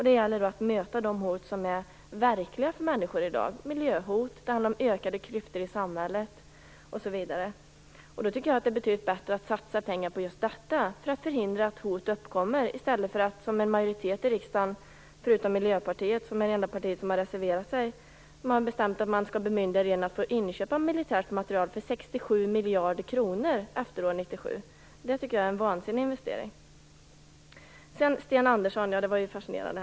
Det gäller att möta de hot som är verkliga för människor i dag; miljöhot, ökade klyftor i samhället osv. Jag tycker att det är betydligt bättre att satsa pengar på att förhindra att hot uppstår än att, som en majoritet i riksdagen vill - Miljöpartiet är det enda parti som har reserverat sig, bemyndiga regeringen att inköpa militärt materiel för 67 miljarder kronor efter år 1997. Det tycker jag är en vansinnig investering. Det Sten Andersson sade här var fascinerande.